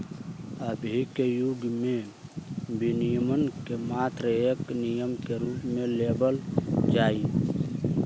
अभी के युग में विनियमन के मात्र एक नियम के रूप में लेवल जाहई